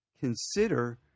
consider